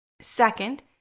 Second